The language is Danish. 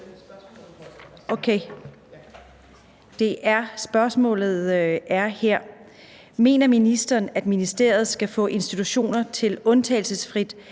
Spørgsmålet er: Mener ministeren, at ministeriet skal få institutioner til undtagelsesfrit